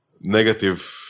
negative